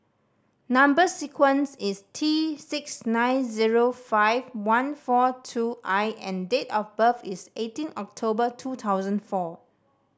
number sequence is T six nine zero five one four two I and date of birth is eighteen October two thousand four